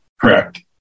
Correct